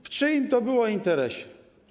W czyim to było interesie?